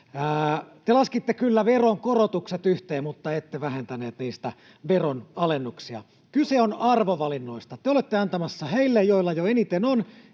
Te laskitte kyllä veronkorotukset yhteen, mutta ette vähentäneet niistä veronalennuksia. Kyse on arvovalinnoista. Te olette antamassa heille, joilla jo eniten on,